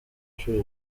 inshuro